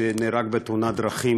שנהרג בתאונת דרכים